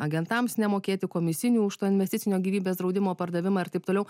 agentams nemokėti komisinių už to investicinio gyvybės draudimo pardavimą ir taip toliau